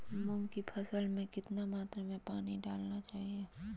मूंग की फसल में कितना मात्रा में पानी डालना चाहिए?